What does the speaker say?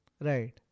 Right